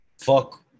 fuck